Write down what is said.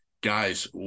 Guys